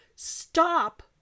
stop